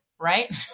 right